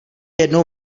jednou